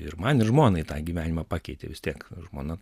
ir man ir žmonai tą gyvenimą pakeitė vis tiek žmona